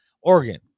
Oregon